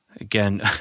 again